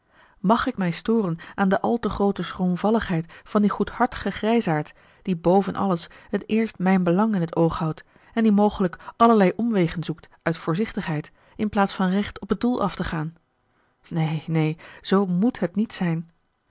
mag ik mij storen aan de al te groote schroomvalligheid van dien goedhartigen grijsaard die boven alles het eerst mijn belang in het oog houdt en die mogelijk allerlei omwegen zoekt uit voorzichtigheid in plaats van recht op het doel af te gaan neen neen zoo moet het niet zijn